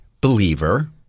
believer –